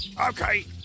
Okay